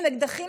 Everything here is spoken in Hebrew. עם אקדחים,